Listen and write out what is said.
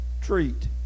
treat